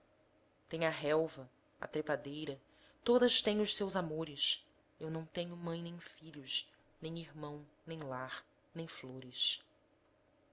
tem a relva a trepadeira todas têm os seus amores eu não tenho mãe nem filhos nem irmão nem lar nem flores